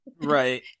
Right